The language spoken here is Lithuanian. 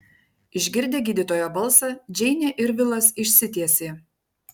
išgirdę gydytojo balsą džeinė ir vilas išsitiesė